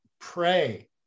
Pray